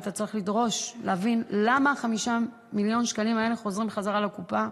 ואתה צריך לדרוש להבין למה 5 מיליון השקלים האלה חוזרים חזרה לקופה,